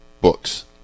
books